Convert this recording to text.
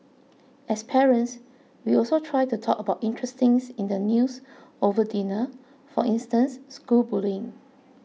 as parents we also try to talk about interesting things in the news over dinner for instance school bullying